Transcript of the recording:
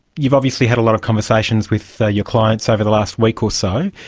you've obviously had a lot of conversations with your clients over the last week or so,